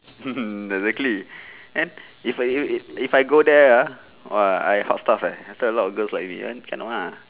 exactly and if I you it if I go there ah !wah! I hot stuff eh after a lot of girls like me then cannot ah